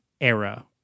era